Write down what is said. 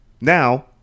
Now